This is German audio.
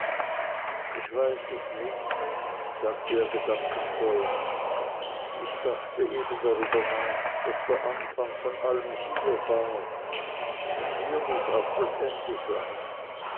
ich weiß es nicht sagte er gedankenvoll ich dachte eben darüber nach daß der anfang vor allem hier war und hier muß auch das ende sein